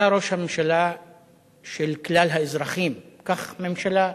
אתה ראש הממשלה של כלל האזרחים, כך ממשלה מתפקדת,